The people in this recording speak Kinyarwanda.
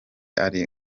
ari